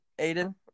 aiden